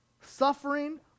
Suffering